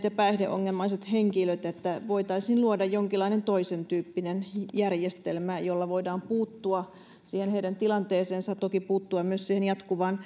ja päihdeongelmaisille henkilöille voitaisiin luoda jonkinlainen toisen tyyppinen järjestelmä jolla voidaan puuttua siihen heidän tilanteeseensa ja toki myös siihen jatkuvaan